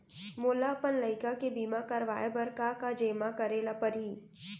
मोला अपन लइका के बीमा करवाए बर का का जेमा करे ल परही?